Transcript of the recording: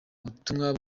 butumwa